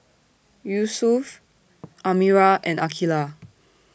Yusuf Amirah and Aqilah